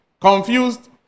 confused